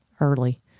early